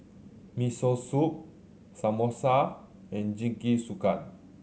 Miso Soup Samosa and Jingisukan